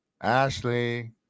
ashley